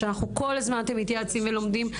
שכל הזמן אתם מתייעצים ולומדים,